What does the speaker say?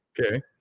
Okay